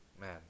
Man